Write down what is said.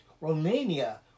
Romania